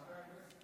חבר הכנסת,